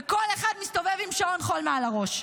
וכל אחד מסתובב עם שעון חול מעל הראש.